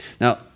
Now